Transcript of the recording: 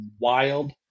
wild